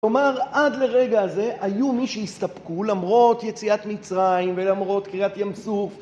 כלומר, עד לרגע הזה, היו מי שהסתפקו, למרות יציאת מצרים ולמרות קריעת ים סוף